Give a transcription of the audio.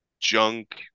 junk